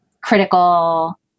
critical